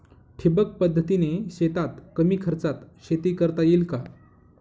ठिबक पद्धतीने शेतात कमी खर्चात शेती करता येईल का?